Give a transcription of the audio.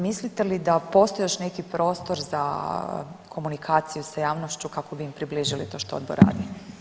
Mislite li da postoji još neki prostor za komunikaciju s javnošću kako bi im približili to što Odbor radi?